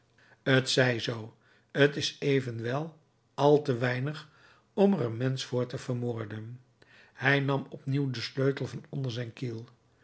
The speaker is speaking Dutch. t zij zoo t is evenwel al te weinig om er een mensch voor te vermoorden hij nam opnieuw den sleutel van onder zijn kiel